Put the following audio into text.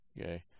Okay